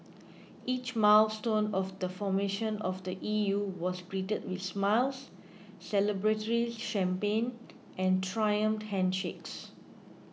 each milestone of the formation of the E U was greeted with smiles celebratory champagne and triumphant handshakes